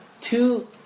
two